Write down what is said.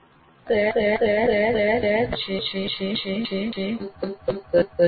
એવા કયા સૂચનાત્મક ઘટકો છે જેનો આપ ઉપયોગ કરી શકો છો